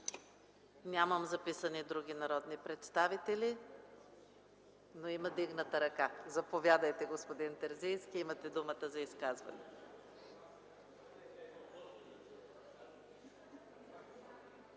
за изказване други народни представители, но има вдигната ръка. Заповядайте, господин Терзийски. Имате думата за изказване.